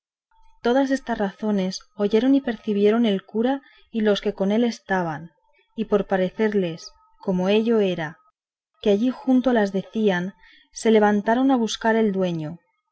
todas estas razones oyeron y percibieron el cura y los que con él estaban y por parecerles como ello era que allí junto las decían se levantaron a buscar el dueño